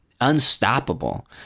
unstoppable